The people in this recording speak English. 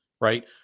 Right